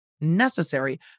necessary